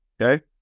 okay